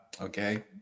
okay